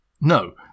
No